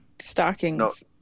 stockings